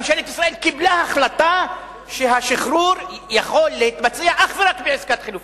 ממשלת ישראל קיבלה החלטה שהשחרור יכול להתבצע אך ורק בעסקת חילופין.